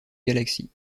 galaxies